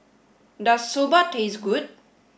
does Soba taste good